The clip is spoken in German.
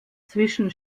zwischen